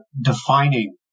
defining